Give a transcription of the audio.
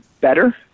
better